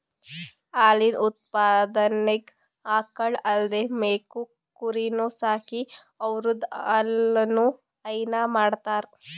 ಹಾಲಿನ್ ಉತ್ಪಾದನೆಗ್ ಆಕಳ್ ಅಲ್ದೇ ಮೇಕೆ ಕುರಿನೂ ಸಾಕಿ ಅವುದ್ರ್ ಹಾಲನು ಹೈನಾ ಮಾಡ್ತರ್